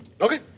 Okay